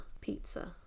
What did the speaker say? pizza